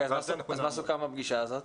מה סוכם בפגישה הזאת?